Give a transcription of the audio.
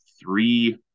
three